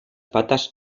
patas